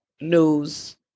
news